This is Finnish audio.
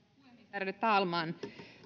ärade talman